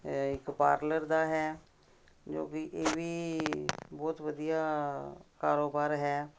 ਇੱਕ ਪਾਰਲਰ ਦਾ ਹੈ ਜੋ ਵੀ ਇਹ ਵੀ ਬਹੁਤ ਵਧੀਆ ਕਾਰੋਬਾਰ ਹੈ